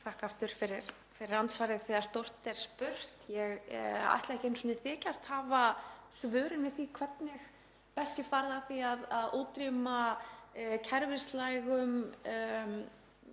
aftur fyrir andsvarið. Þegar stórt er spurt — ég ætla ekki einu sinni að þykjast hafa svörin við því hvernig best verði farið að því að útrýma kerfislægum